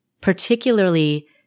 particularly